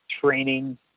training